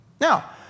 Now